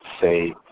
say